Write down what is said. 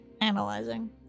analyzing